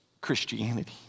Christianity